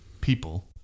people